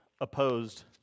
opposed